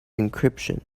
encryption